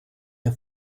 der